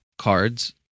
Cards